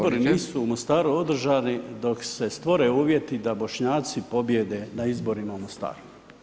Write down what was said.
Izbori nisu u Mostaru održani dok se stvore uvjeti da Bošnjaci pobijede na izborima u Mostaru.